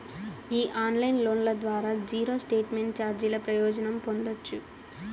ఈ ఆన్లైన్ లోన్ల ద్వారా జీరో స్టేట్మెంట్ చార్జీల ప్రయోజనం పొందచ్చు